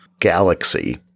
galaxy